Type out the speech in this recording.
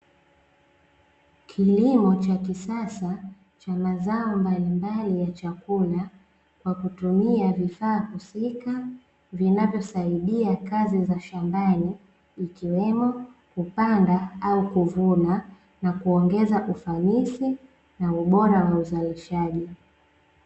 Kilimo cha kisasa cha mazao mbalimbali ya chakula kwa kutumia vifaa husika, vinavosaidia kazi za shambani ikiwemo, kupanda au kuvuna na kuongeza ufanisi na ubora wa uzalishaji.